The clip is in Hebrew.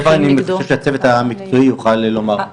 את זה אני מקווה שהצוות המקצועי יוכל לומר.